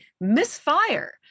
misfire